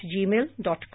gmail.com